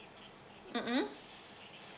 mm mm